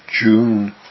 June